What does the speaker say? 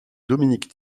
dominique